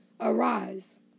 arise